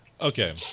okay